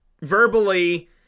verbally